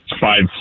five